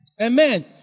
Amen